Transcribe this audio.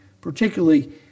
particularly